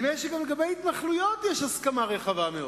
נדמה לי שגם לגבי ההתנחלויות יש הסכמה רחבה מאוד.